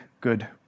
good